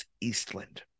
Eastland